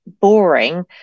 boring